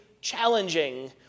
challenging